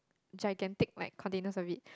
gigantic like containers a bit